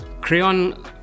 Crayon